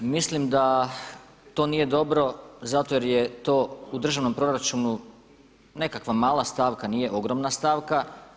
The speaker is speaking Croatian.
Mislim da to nije dobro zato jer je to u državnom proračunu nekakva mala stavka, nije ogromna stavka.